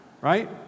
Right